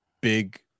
big